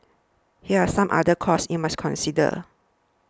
here are some other costs you must consider